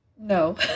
No